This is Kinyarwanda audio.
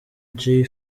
jay